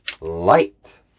light